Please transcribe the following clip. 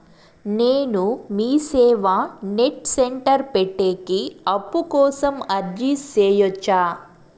నేను MeeSeva net centre పెట్టేకి అప్పు కోసం అర్జీ సేయొచ్చా?